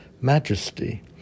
Majesty